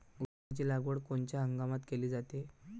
ऊसाची लागवड कोनच्या हंगामात केली जाते?